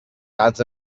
that